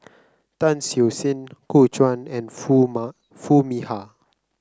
Tan Siew Sin Gu Juan and Foo Foo Mee Har